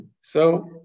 so-